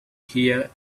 here